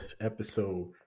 episode